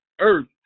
earth